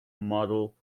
model